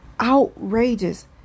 Outrageous